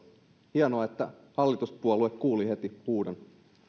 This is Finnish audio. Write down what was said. hienoa että hallituspuolue kuuli heti huudon